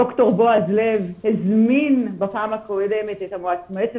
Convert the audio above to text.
ד"ר בועז לב הזמין בפעם הקודמת את מועצת